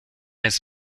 his